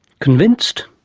convinced?